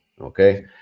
okay